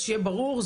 שיהיה ברור,